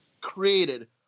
created